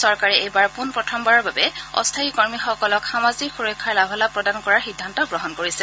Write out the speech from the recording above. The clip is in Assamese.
চৰকাৰে এইবাৰ পোনপ্ৰথম বাৰৰ বাবে অস্থায়ী কৰ্মীসকলক সামাজিক সুৰক্ষাৰ লাভালাভ প্ৰদান কৰাৰ সিদ্ধান্ত গ্ৰহণ কৰিছে